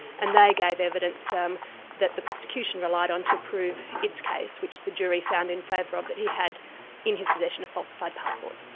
and they gave evidence um that the prosecution relied on to prove its case, which the jury found in favour of, that he had in his possession a falsified passport.